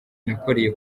nakoreye